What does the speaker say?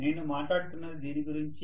నేను మాట్లాడుతున్నది దీని గురించి